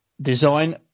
design